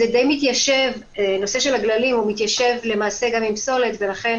נושא הגללים מתיישב למעשה גם עם פסולת, ולכן